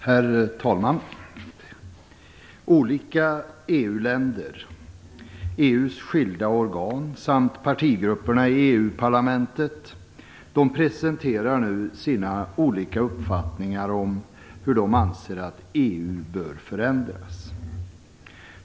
Herr talman! Olika EU-länder, EU:s skilda organ och partigrupperna i EU-parlamentet presenterar nu sina olika uppfattningar om hur de anser att EU bör förändras.